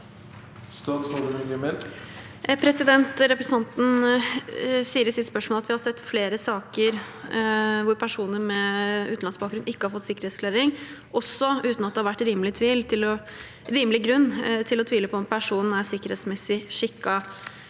Representanten sier i sitt spørsmål at vi har sett flere saker hvor personer med utenlandsk bakgrunn ikke har fått sikkerhetsklarering, også uten at det har vært rimelig grunn til å tvile på om personen er sikkerhetsmessig skikket.